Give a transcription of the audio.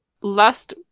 last